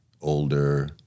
older